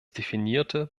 definierte